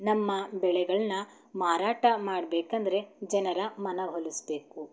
ನಮ್ಮ ಬೆಳೆಗಳನ್ನ ಮಾರಾಟ ಮಾಡಬೇಕಂದ್ರೆ ಜನರ ಮನ ಒಲಿಸಬೇಕು